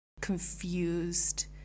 confused